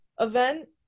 event